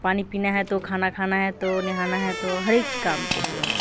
पानी पीना है तो खाना खाना है तो नहाना है तो हर एक काम के लिए